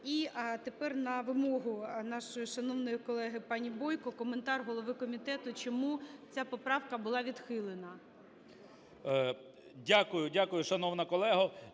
І тепер на вимогу нашої шановної колеги пані Бойко коментар голови комітету, чому ця поправка була відхилена. 11:59:51